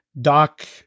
Doc